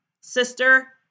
Sister